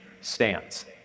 stands